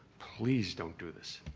please don't do this.